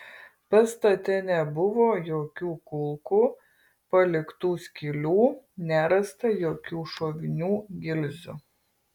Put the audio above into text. pastate nebuvo jokių kulkų paliktų skylių nerasta jokių šovinių gilzių